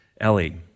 Ellie